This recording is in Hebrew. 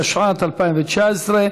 התשע"ט 2019,